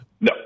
No